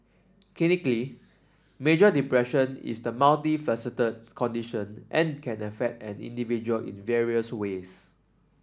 clinically major depression is a multifaceted condition and can affect an individual in various ways